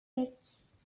frets